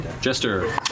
Jester